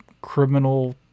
criminal